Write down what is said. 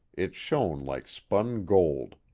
it shone like spun gold.